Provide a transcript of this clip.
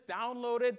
downloaded